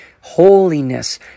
holiness